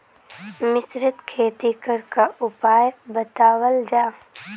मिश्रित खेती करे क उपाय बतावल जा?